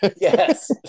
Yes